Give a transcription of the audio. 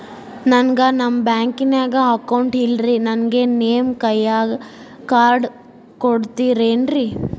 ನನ್ಗ ನಮ್ ಬ್ಯಾಂಕಿನ್ಯಾಗ ಅಕೌಂಟ್ ಇಲ್ರಿ, ನನ್ಗೆ ನೇವ್ ಕೈಯ ಕಾರ್ಡ್ ಕೊಡ್ತಿರೇನ್ರಿ?